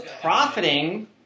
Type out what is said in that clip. profiting